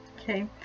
Okay